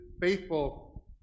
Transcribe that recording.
faithful